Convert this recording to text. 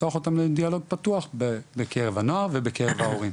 לפתוח אותם בדיאלוג פתוח בקרב הנוער ובקרב ההורים.